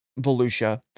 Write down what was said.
Volusia